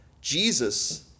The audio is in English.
Jesus